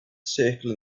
circle